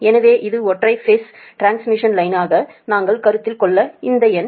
எனவே இது ஒற்றை பேஸ் டிரான்ஸ்மிஷன் லைனுக்காக நாங்கள் கருத்தில் கொள்ளும் இந்த எண்